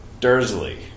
Dursley